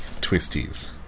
twisties